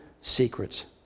secrets